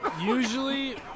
usually